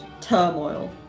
turmoil